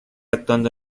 actuando